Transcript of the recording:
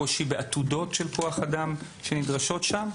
קושי בעתודות של כוח אדם שנדרשות שם.